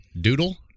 doodle